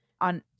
on